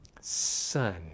son